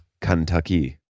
Kentucky